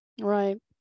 Right